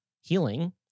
healing